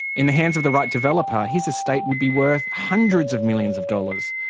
in the hands of the right developer, his estate would be worth hundreds of millions of dollars,